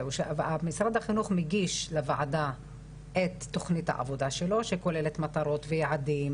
משרד החינוך מגיש לוועדה את תוכנית העבודה שלו שכוללת מטרות ויעדים